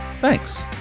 Thanks